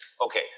Okay